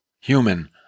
human